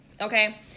Okay